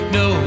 no